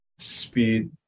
speed